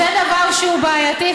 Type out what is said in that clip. זה דבר בעייתי,